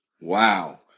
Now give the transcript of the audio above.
wow